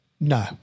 No